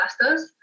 master's